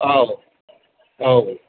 औ औ